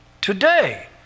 today